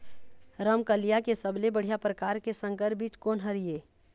रमकलिया के सबले बढ़िया परकार के संकर बीज कोन हर ये?